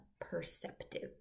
perceptive